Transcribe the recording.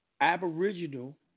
aboriginal